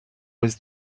ouest